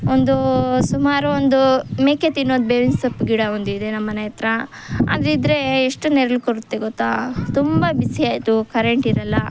ಒಂದು ಸುಮಾರು ಒಂದು ಮೇಕೆ ತಿನ್ನೋದು ಬೇವಿನ ಸೊಪ್ಪು ಗಿಡ ಒಂದಿದೆ ನಮ್ಮನೆ ಹತ್ರ ಅದಿದ್ದರೆ ಎಷ್ಟು ನೆರಳು ಕೊಡುತ್ತೆ ಗೊತ್ತಾ ತುಂಬ ಬಿಸಿ ಆಯಿತು ಕರೆಂಟಿರಲ್ಲ